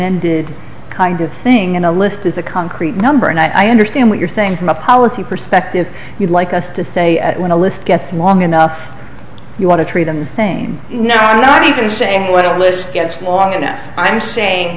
ended kind of thing in a lift with a concrete number and i understand what you're thing from a policy perspective you'd like us to say at when a list gets long enough you want to treat them the same no not even say what a list gets long enough i'm saying